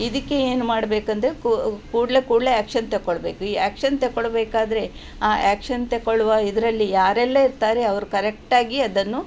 ಇದಕ್ಕೆ ಏನು ಮಾಡಬೇಕಂದ್ರೆ ಕೂ ಕೂಡಲೆ ಕೂಡಲೆ ಆ್ಯಕ್ಷನ್ ತಕೊಳ್ಬೇಕು ಈ ಆ್ಯಕ್ಷನ್ ತಕೊಳ್ಬೇಕಾದ್ರೆ ಆ ಆ್ಯಕ್ಷನ್ ತಕೊಳ್ಳುವ ಇದರಲ್ಲಿ ಯಾರೆಲ್ಲ ಇರ್ತಾರೆ ಅವ್ರು ಕರೆಕ್ಟಾಗಿ ಅದನ್ನು